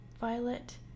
violet